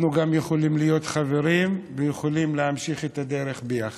אנחנו יכולים גם להיות חברים ויכולים להמשיך את הדרך ביחד.